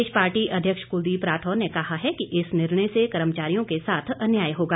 प्रदेश party अध्यक्ष कुलदीप राठौर ने कहा है कि इस निर्णय से कर्मचारियों के साथ अन्याय होगा